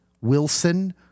wilson